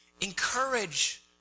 Encourage